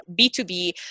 B2B